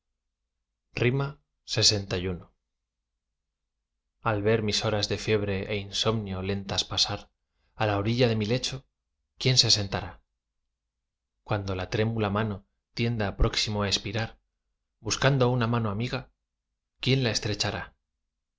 recoja lxi al ver mis horas de fiebre é insomnio lentas pasar á la orilla de mi lecho quién se sentará cuando la trémula mano tienda próximo á expirar buscando una mano amiga quién la estrechará